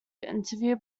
interview